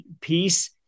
peace